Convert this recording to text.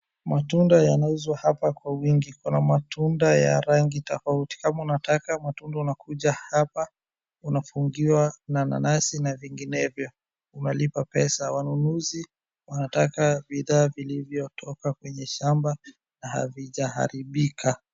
Matunda yanauzwa hapa kwa wingi, kuna matunda ya rangi tofauti kama unataka matunda unakuja hapa unafungiwa na nanasi na vinginevyo unalipa pesa. Wanunuzi wanataka bidhaa vilivyotoka kwenye shamba na havijaharibika.